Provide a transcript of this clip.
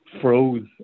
froze